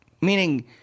Meaning